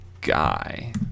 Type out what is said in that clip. guy